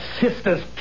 sister's